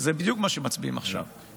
זה בדיוק מה שמצביעים עליו עכשיו,